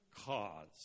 cause